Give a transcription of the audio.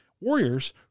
Warriors